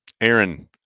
Aaron